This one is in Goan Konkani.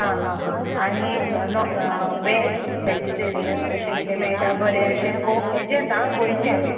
आं हां हां हां हां आनी वेज वेजिटेरीयन अशें कितें मेळटा बरें अशें गो हेजेंच आं गोंयचेंच